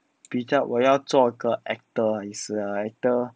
比较我要做个 actor 还是 ah actor